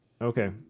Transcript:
Okay